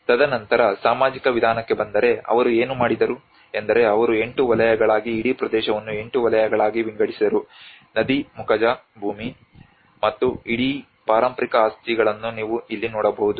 ತದನಂತರ ಸಾಮಾಜಿಕ ವಿಧಾನಕ್ಕೆ ಬಂದರೆ ಅವರು ಏನು ಮಾಡಿದರು ಎಂದರೆ ಅವರು ಎಂಟು ವಲಯಗಳಾಗಿ ಇಡೀ ಪ್ರದೇಶವನ್ನು 8 ವಲಯಗಳಾಗಿ ವಿಂಗಡಿಸಿದರು ನದಿ ಮುಖಜ ಭೂಮಿ ಮತ್ತು ಇಡೀ ಪಾರಂಪರಿಕ ಆಸ್ತಿಗಳನ್ನು ನೀವು ಇಲ್ಲಿ ನೋಡಬಹುದು